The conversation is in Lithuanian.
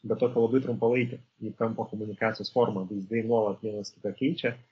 bet tokią labai trumpalaikę ji tampa komunikacijos forma vaizdai nuolat vienas kitą keičia